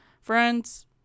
friends